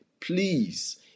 Please